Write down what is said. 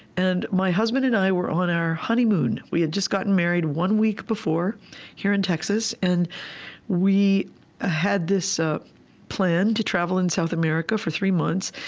and my husband and i were on our honeymoon. we had just gotten married one week before here in texas and we had this plan to travel in south america for three months.